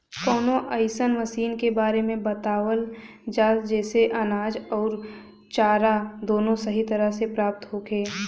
कवनो अइसन मशीन के बारे में बतावल जा जेसे अनाज अउर चारा दोनों सही तरह से प्राप्त होखे?